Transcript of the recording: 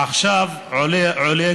עכשיו עולה